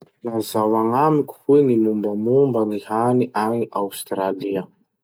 Lazao agnamiko hoe gny mombamomba gny hany agny Aostralia?